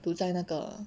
堵在那个